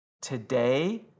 Today